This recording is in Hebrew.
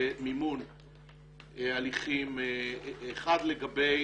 למימון הליכים, אחת לגבי